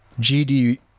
gd